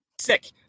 sick